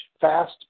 fast